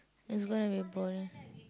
it's gonna be boring